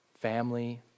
family